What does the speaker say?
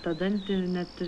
tą dantį net